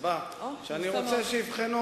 מהסיבה שאני רוצה שיבחנו.